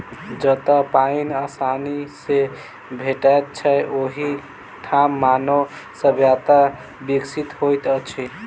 जतअ पाइन आसानी सॅ भेटैत छै, ओहि ठाम मानव सभ्यता विकसित होइत अछि